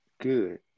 Good